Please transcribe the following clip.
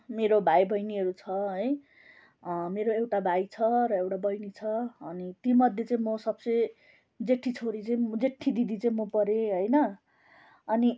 मेरो भाइ बहिनीहरू छ है मेरो एउटा भाइ छ र एउटा बहिनी छ अनि तीमध्ये चाहिँ म सबसे जेठी छोरी चाहिँ म जेठी दिदी चाहिँ म परेँ होइन अनि